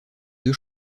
deux